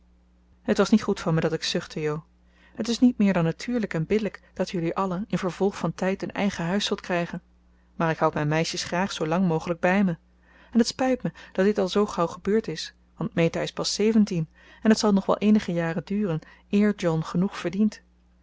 het was niet goed van me dat ik zuchtte jo het is niet meer dan natuurlijk en billijk dat jullie allen in vervolg van tijd een eigen huis zult krijgen maar ik houd mijn meisjes graag zoo lang mogelijk bij me en het spijt me dat dit al zoo gauw gebeurd is want meta is pas zeventien en het zal nog wel eenige jaren duren eer john genoeg verdient